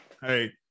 Hey